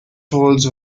holds